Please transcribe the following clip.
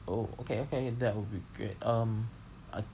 oh okay okay that would be great um I